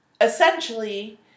Essentially